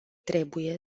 trebuie